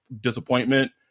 disappointment